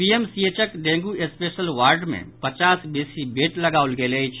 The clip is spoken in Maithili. पीएमसीएचक डेंगू स्पेशल वार्ड मे पचास बेसी बेड लगाओल गेल अछि